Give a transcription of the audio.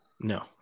No